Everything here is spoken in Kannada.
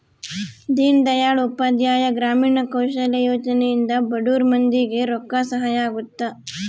ದೀನ್ ದಯಾಳ್ ಉಪಾಧ್ಯಾಯ ಗ್ರಾಮೀಣ ಕೌಶಲ್ಯ ಯೋಜನೆ ಇಂದ ಬಡುರ್ ಮಂದಿ ಗೆ ರೊಕ್ಕ ಸಹಾಯ ಅಗುತ್ತ